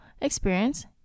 experience